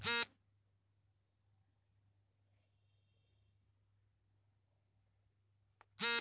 ಕೃಷಿ ಅರಣ್ಯ ಮಾದರಿಯಿಂದ ಅರಣ್ಯ ಉತ್ಪನ್ನ, ಜಾನುವಾರುಗಳಿಗೆ ಮೇವು, ಪರಿಸರ ಸುಧಾರಣೆಯನ್ನು ಮಾಡಬೋದು